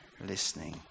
listening